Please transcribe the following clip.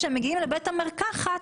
כשהוא מגיע לבית המרקחת,